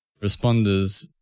responders